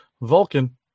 Vulcan